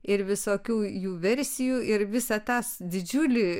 ir visokių jų versijų ir visą tą didžiulį